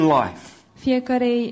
life